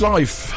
life